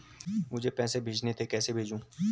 मुझे पैसे भेजने थे कैसे भेजूँ?